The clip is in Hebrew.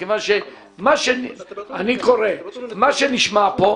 מה שנשמע כאן,